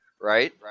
right